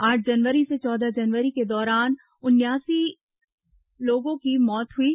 आठ जनवरी से चौदह जनवरी के दौरान उनयासी लोगों की मौत हुई है